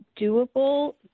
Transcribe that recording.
doable